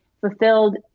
fulfilled